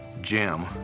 Jim